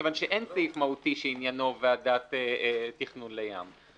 מכיוון שאין סעיף מהותי שעניינו ועדת תכנון לים.